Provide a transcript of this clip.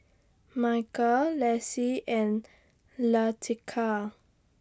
Michael Lacey and Leticia